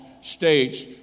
states